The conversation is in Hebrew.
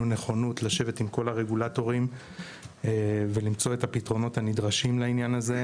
נכונות לשבת עם כל הרגולטורים ולמצוא את הפתרונות הנדרשים לעניין הזה.